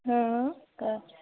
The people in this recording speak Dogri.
आं आ